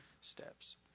steps